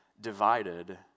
divided